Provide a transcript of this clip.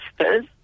sisters